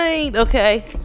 Okay